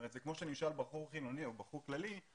זה כמו שאני אשאל בחור חילוני אם הוא